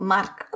Mark